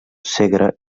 segre